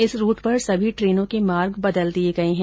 इस रूट पर सभी ट्रेनों के मार्ग बदल दिए गए है